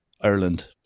ireland